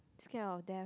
scared of death